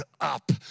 up